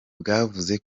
bwavuze